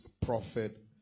Prophet